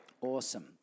Awesome